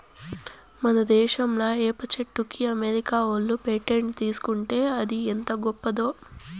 మన దేశంలా ఏప చెట్టుకి అమెరికా ఓళ్ళు పేటెంట్ తీసుకుంటే అది ఎంత గొప్పదో